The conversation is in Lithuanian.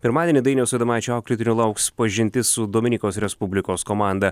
pirmadienį dainiaus adomaičio auklėtinių lauks pažintis su dominikos respublikos komanda